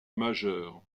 majeur